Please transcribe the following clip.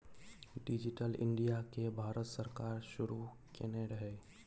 digital India केँ भारत सरकार शुरू केने रहय